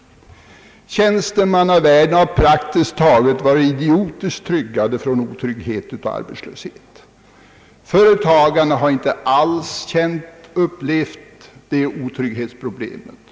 Tjänstemannavärlden har praktiskt taget varit helt tryggad mot arbetslöshet. Företagarna har över huvud taget inte upplevt otrygghetsproblemet.